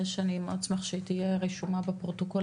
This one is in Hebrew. שאני מאוד אשמח שהיא תהיה רשומה בפרוטוקול,